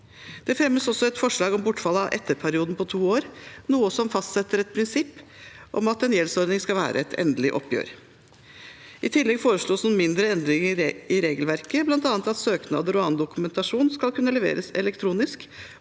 Det fremmes også et forslag om bortfall av etterperioden på to år, noe som fastsetter et prinsipp om at en gjeldsordning skal være et endelig oppgjør. I tillegg foreslås noen mindre endringer i regelverket, bl.a. at søknader og annen dokumentasjon skal kunne leveres elektronisk,